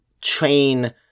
train